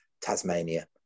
Tasmania